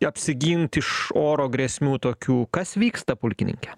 apsigint iš oro grėsmių tokių kas vyksta pulkininke